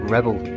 Rebel